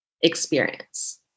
experience